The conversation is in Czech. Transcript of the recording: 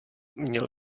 měl